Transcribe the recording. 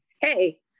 Hey